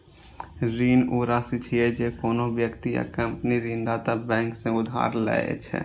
ऋण ऊ राशि छियै, जे कोनो व्यक्ति या कंपनी ऋणदाता बैंक सं उधार लए छै